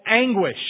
anguish